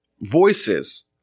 voices